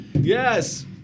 yes